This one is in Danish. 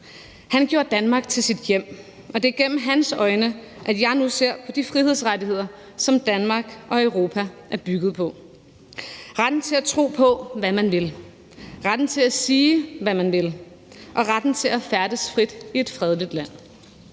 Han gjorde Danmark til sit hjem, og det er igennem hans øjne, at jeg nu ser på de frihedsrettigheder, som Danmark og Europa er bygget på: retten til at tro på, hvad man vil, retten til at sige, hvad man vil, og retten til at færdes frit i et fredeligt land.